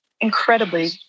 incredibly